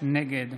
נגד